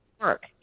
work